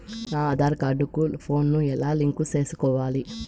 నా ఆధార్ కార్డు కు ఫోను ను ఎలా లింకు సేసుకోవాలి?